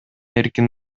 эркин